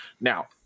Now